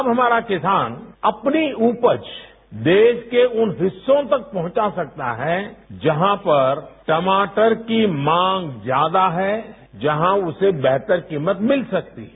अब हमारा किसान अपनी उपज देश के उन हिस्सों तक पहुंचा सकता है जहां पर टमाटर की मांग ज्यादा है जहां उसे बेहतर कीमत मिल सकती है